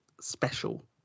special